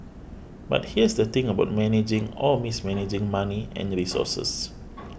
but here's the thing about managing or mismanaging money and resources